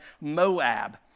Moab